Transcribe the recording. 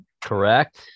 correct